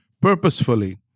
purposefully